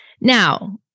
Now